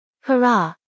Hurrah